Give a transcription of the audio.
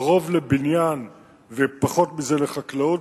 הרוב לבניין ופחות מזה לחקלאות,